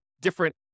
different